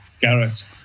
Garrett